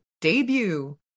debut